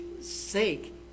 sake